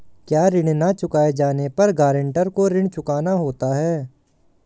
क्या ऋण न चुकाए जाने पर गरेंटर को ऋण चुकाना होता है?